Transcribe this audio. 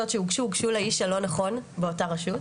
שהוגשו הוגשו לאיש הלא נכון באותה רשות,